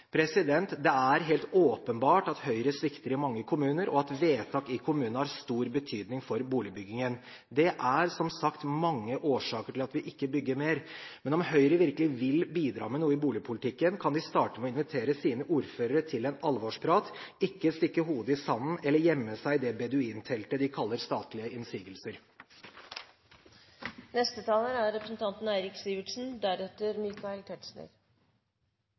Miljøverndepartementet. Det er helt åpenbart at Høyre svikter i mange kommuner, og at vedtak i kommuner har stor betydning for boligbyggingen. Det er som sagt mange årsaker til at vi ikke bygger mer, men om Høyre virkelig vil bidra med noe i boligpolitikken, kan de starte med å invitere sine ordførere til en alvorsprat, ikke stikke hodet i sanden eller gjemme seg i det beduinteltet de kaller statlige